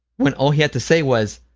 when all he had to say was,